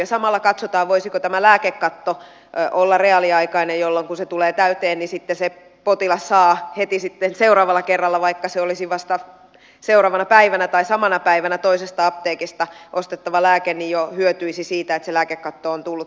ja samalla katsotaan voisiko tämä lääkekatto olla reaaliaikainen jolloin kun se tulee täyteen sitten se potilas heti seuraavalla kerralla vaikka se olisi vasta seuraavana päivänä tai samana päivänä toisesta apteekista ostettava lääke jo hyötyisi siitä että se lääkekatto on tullut täyteen